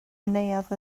neuadd